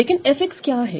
लेकिन f क्या है